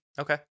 Okay